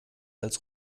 als